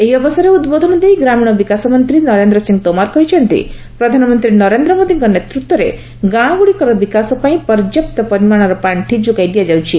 ଏହି ଅବସରରେ ଉଦ୍ବୋଧନ ଦେଇ ଗ୍ରାମୀଣ ବିକାଶ ମନ୍ତ୍ରୀ ନରେନ୍ଦ୍ର ସିଂହ ତୋମାର କହିଛନ୍ତି ପ୍ରଧାନମନ୍ତ୍ରୀ ନରେନ୍ଦ୍ର ମୋଦୀଙ୍କ ନେତୃତ୍ୱରେ ଗାଁଗୁଡ଼ିକର ବିକାଶ ପାଇଁ ପର୍ଯ୍ୟାପ୍ତ ପରିମାଣର ପାଣ୍ଡି ଯୋଗାଇ ଦିଆଯାଉଛି